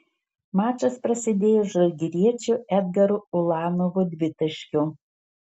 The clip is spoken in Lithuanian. mačas prasidėjo žalgiriečio edgaro ulanovo dvitaškiu